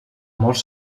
molts